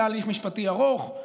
היה הליך משפטי ארוך,